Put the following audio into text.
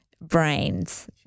brains